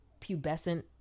pubescent